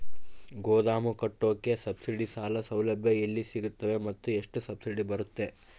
ಗೋದಾಮು ಕಟ್ಟೋಕೆ ಸಬ್ಸಿಡಿ ಸಾಲ ಸೌಲಭ್ಯ ಎಲ್ಲಿ ಸಿಗುತ್ತವೆ ಮತ್ತು ಎಷ್ಟು ಸಬ್ಸಿಡಿ ಬರುತ್ತೆ?